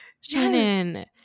Shannon